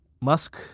Musk